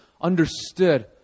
understood